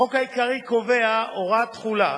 החוק העיקרי קובע הוראת תחולה